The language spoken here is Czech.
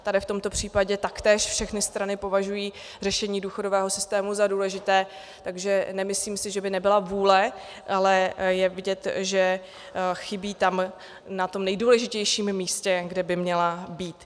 V tomto případě taktéž všechny strany považují řešení důchodového systému za důležité, takže si nemyslím, že by nebyla vůle, ale je vidět, že tam chybí na tom nejdůležitějším místě, kde by měla být.